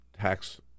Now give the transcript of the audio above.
tax